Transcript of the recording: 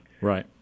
right